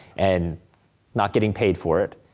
and not getting paid for it,